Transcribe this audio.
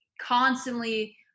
constantly